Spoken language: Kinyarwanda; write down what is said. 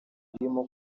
birimo